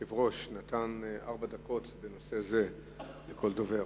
היושב-ראש נתן ארבע דקות לנושא זה לכל דובר.